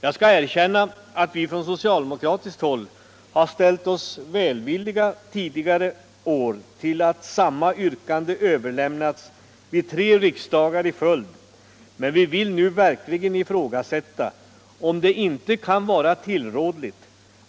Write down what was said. Jag skall erkänna att vi från socialdemokratiskt håll har ställt oss välvilliga tidigare år till att samma yrkande överlämnats av tre riksdagar i följd, men vi vill nu verkligen ifrågasätta om det inte med hänsyn tll den